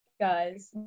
guys